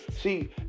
See